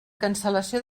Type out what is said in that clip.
cancel·lació